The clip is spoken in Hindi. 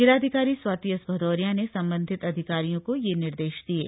जिलाधिकारी स्वाति एस भदौरिया ने संबंधित अधिकारियों को यह निर्देश दिये